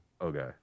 Okay